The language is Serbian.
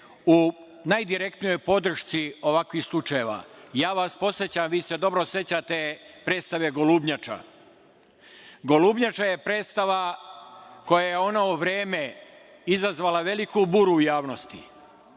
u najdirektnijoj podršci ovakvih slučajeva. Ja vas podsećam, vi se dobro sećate predstave "Golubnjača". "Golubnjača" je predstava koja je u ono vreme izazvala veliku buru u javnosti,